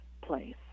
place